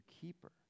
keeper